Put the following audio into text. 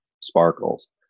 sparkles